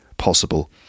Possible